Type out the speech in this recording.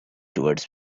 towards